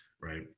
right